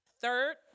Third